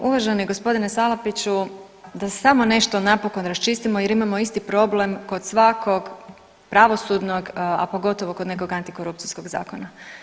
Uvaženi g. Salapiću, da samo nešto napokon raščistimo jer imamo isti problem kod svakog pravosudnog, a pogotovo kod nekog antikorupcijskog zakona.